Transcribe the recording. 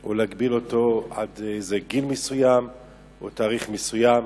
או להגביל אותו עד גיל מסוים או תאריך מסוים.